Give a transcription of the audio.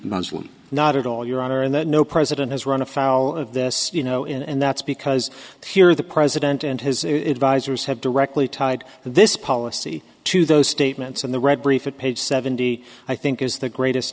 muslim not at all your honor and that no president has run afoul of this you know and that's because here the president and his advisers have directly tied this policy to those statements and the red brief it page seventy i think is the greatest